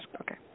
okay